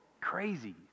Crazy